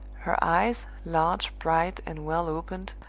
her eyes, large, bright, and well opened,